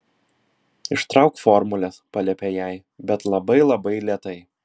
ištrauk formules paliepė jai bet labai labai lėtai